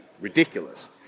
ridiculous